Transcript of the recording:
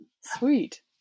sweet